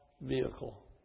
Vehicle